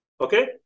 Okay